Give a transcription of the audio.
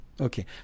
Okay